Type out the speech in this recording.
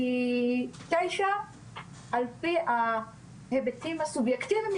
כי 9 על פי ההיבטים הסובייקטיביים,